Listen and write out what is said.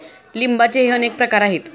लिंबाचेही अनेक प्रकार आहेत